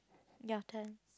your turn